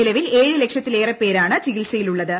നിലവിൽ ഏഴ് ലക്ഷത്തിലേറെ പേരാണ് ചികിത്സയിലുള്ളത്